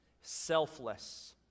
selfless